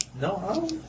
No